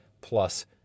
Plus